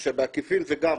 שבעקיפין זה גם